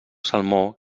salmó